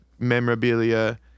memorabilia